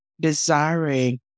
desiring